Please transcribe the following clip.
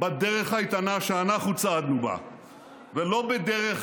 בדרך האיתנה שאנחנו צעדנו בה ולא בדרך